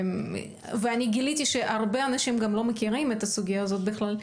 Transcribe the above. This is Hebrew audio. אני גיליתי שהרבה אנשים גם לא מכירים את הסוגייה הזאת בכלל,